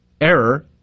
error